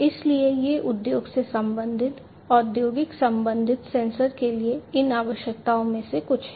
इसलिए ये उद्योग से संबंधित औद्योगिक संबंधित सेंसर के लिए इन आवश्यकताओं में से कुछ हैं